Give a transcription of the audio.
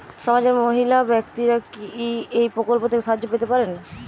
সমাজের মহিলা ব্যাক্তিরা কি এই প্রকল্প থেকে সাহায্য পেতে পারেন?